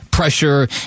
pressure